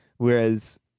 Whereas